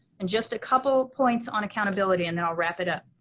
and just a couple of points on accountability and then i'll wrap it up.